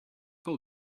have